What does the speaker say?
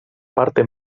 parte